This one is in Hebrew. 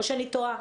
או שאני טועה?